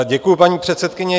Děkuji, paní předsedkyně.